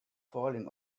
falling